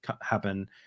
happen